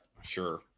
sure